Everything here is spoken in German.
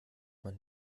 man